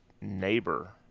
neighbor